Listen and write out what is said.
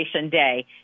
Day